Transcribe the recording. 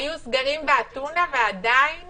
היו סגרים באתונה, ועדיין